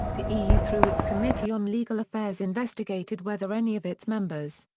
the eu through its committee on legal affairs investigated whether any of its members,